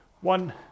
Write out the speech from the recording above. one